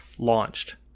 launched